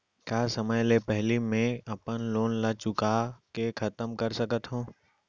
का समय ले पहिली में अपन लोन ला चुका के खतम कर सकत हव?